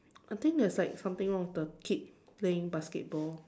I think there is like something wrong with the kid playing basketball